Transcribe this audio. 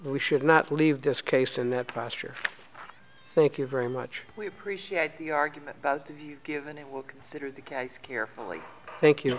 we should not leave this case in that posture thank you very much we appreciate the argument about you and it will consider the case carefully thank you